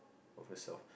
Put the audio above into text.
over soft